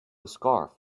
scarf